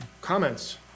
comments